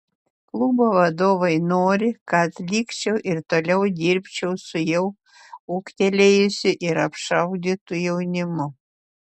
klubo vadovai nori kad likčiau ir toliau dirbčiau su jau ūgtelėjusiu ir apšaudytu jaunimu